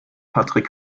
patrick